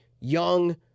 young